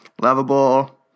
lovable